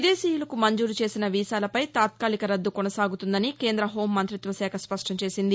విదేశీయులకు మంజూరు చేసిన వీసాలపై తాత్మాలిక రద్దు కొససాగుతుందని కేంద్ర హోంమంతిత్వశాఖ స్పష్టం చేసింది